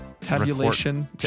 Tabulation